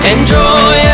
Enjoy